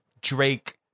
Drake